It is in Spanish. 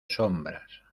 sombras